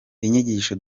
inyigisho